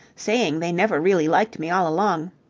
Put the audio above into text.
saying they never really liked me all along.